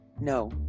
No